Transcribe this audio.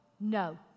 No